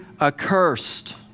accursed